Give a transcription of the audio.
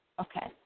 Okay